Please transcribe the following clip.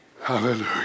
Hallelujah